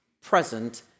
present